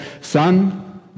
Son